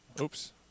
oops